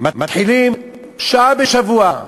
מתחילים שעה בשבוע,